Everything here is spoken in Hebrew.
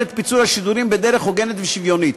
את פיצול השידורים בדרך הוגנת ושוויונית.